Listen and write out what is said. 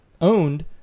owned